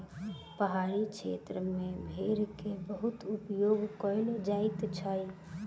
पहाड़ी क्षेत्र में भेड़ के बहुत उपयोग कयल जाइत अछि